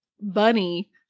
bunny